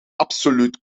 absoluut